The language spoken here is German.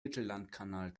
mittellandkanal